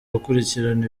gukurikirana